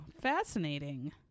fascinating